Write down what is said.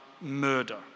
murder